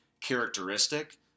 characteristic